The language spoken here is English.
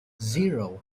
zero